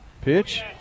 Pitch